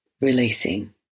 releasing